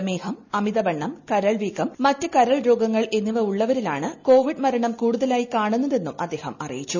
പ്രമേഹം അമിതവുണ്ണിട്ട്ക്രൾവീക്കം മറ്റ് കരൾ രോഗങ്ങൾ എന്നിവ ഉള്ളവൂരിലാണ് കോവിഡ് മരണം കൂടുതലായി കാണുന്നത് എന്നും അദ്ദേഹം അറിയിച്ചു